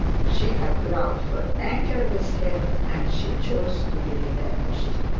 she had ground for anger with him, and she chose to be revenged.